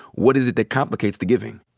what is it that complicates the giving?